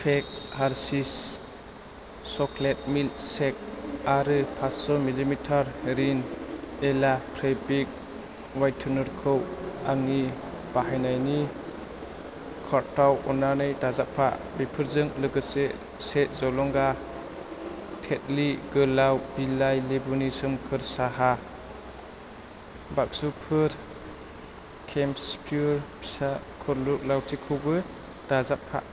पेक Hershey's chocolate milk shake आरो पासस' millilitre Rin एला फेब्रिक व्हायटेनारखौ आंनि बाहायनायनि कार्टाव अन्नानै दाजाबफा बेफोरजों लोगोसे से जलंगा तेतलि गोलाउ बिलाइ लेबुनि सोमखोर साहा बाक्सुफोर केमप्युर फिसा खुरलु लावथिखौबो दाजाबफा